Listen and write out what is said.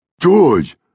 George